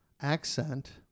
accent